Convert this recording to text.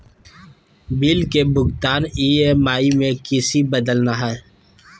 Bill के भुगतान EMI में किसी बदलना है?